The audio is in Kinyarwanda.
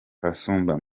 kasumba